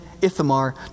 Ithamar